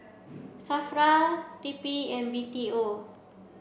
SAFRA T P and B T O